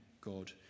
God